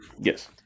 yes